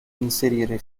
inserire